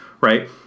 right